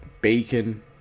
bacon